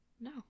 No